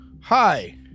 Hi